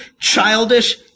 childish